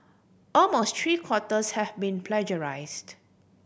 almost three quarters have been plagiarised